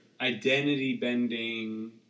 identity-bending